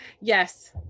yes